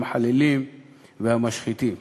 בטוחה ששמעתי את כל הדברים שאמרת, אבל,